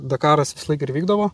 dakaras visąlaik ir vykdavo